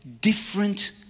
different